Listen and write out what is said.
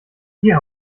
hier